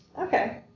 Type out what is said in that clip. Okay